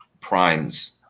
primes